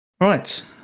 Right